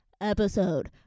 episode